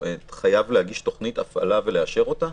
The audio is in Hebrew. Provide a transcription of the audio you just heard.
חייב להגיש תוכנית הפעלה ולאשר אותה?